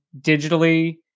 digitally